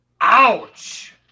Ouch